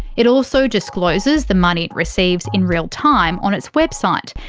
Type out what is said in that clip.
it also discloses the money it receives in real time, on its website.